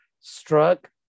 struck